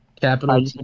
Capital